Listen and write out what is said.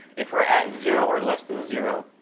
if we're at zero or less than zero,